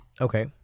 Okay